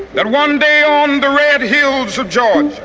that one day on the red hills of georgia